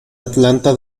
atlanta